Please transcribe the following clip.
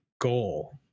goal